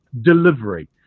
Delivery